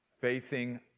facing